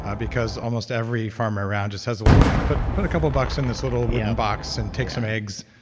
ah because almost every farmer around has a little. you know put put a couple bucks in this little wooden box and take some eggs,